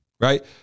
right